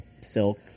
silk